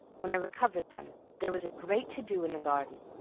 when i recovered them there was a great to-do in the garden,